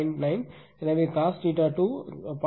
9 எனவே cos θ2